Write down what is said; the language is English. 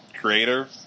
Creator